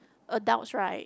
adults right